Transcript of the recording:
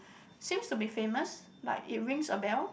seems to be famous like it rings a bell